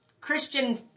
Christian